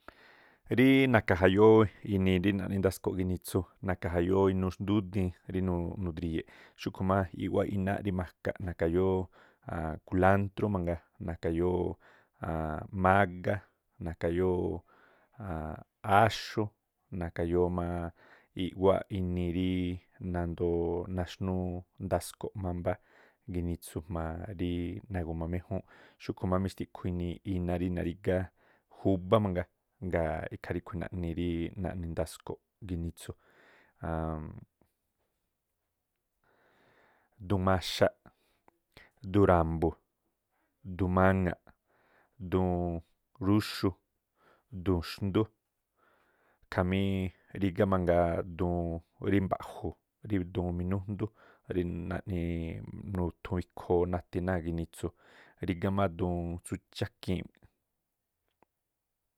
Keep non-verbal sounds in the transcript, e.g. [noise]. Ríí na̱ka̱ jayóó ginii rí naꞌni ndasko̱ꞌ ginitsu, na̱ka̱ jayóó inúú xndúdiin rí nudri̱ye̱ꞌ xúꞌkhu̱ má i̱ꞌwáꞌ iná rí makaꞌ na̱kajayóó [hesitation] kulántrú mangaa na̱kajayóó mágá, na̱kajayóó áxú, na̱kajayóó má iꞌwáꞌ inii rí nandoo naxnúú ndasko̱ꞌ mámbá ginitsu jma̱a rí nagu̱ma méjúúnꞌ, xúkhu̱ má mixtiꞌkhu inii iná rí narígá júbá mangaa ngaa̱ ikhaa ríꞌkhui̱ naꞌni rí naꞌni ndasko̱ꞌ ginitsu. [hesitation] duun maxaꞌ, duun ra̱mbu̱, duun rúxu, duun xndú khamí rigá mangaa duun rí mbaꞌju̱, rí duun minújndú, rí naꞌniiꞌ nuthu ikhoo nathi náa̱ ginitsu rígá má duun tsú chákiin.